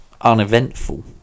uneventful